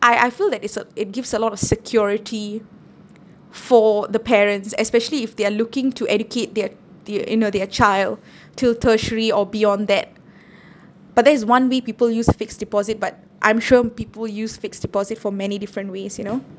I I feel that it's a it gives a lot of security for the parents especially if they are looking to educate their their you know their child till tertiary or beyond that but that is one way people use fixed deposit but I'm sure people use fixed deposit for many different ways you know